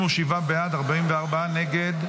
בעד, 44 נגד.